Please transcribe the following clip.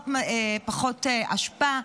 פחות אשפה,